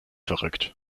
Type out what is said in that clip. verrückt